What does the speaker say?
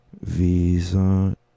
visa